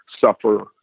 suffer